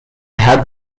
had